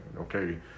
okay